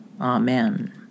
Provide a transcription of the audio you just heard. Amen